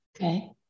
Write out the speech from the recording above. Okay